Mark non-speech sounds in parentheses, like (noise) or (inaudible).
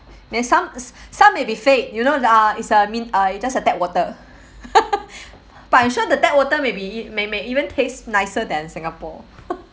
there's some some may be fake you know the uh is uh I mean uh it's just tap water (laughs) but I'm sure the tap water may be it may may even taste nicer than singapore